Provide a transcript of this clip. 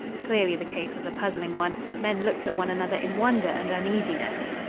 clearly the case was a puzzling one. men looked at one another in wonder and uneasiness.